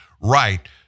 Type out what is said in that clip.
right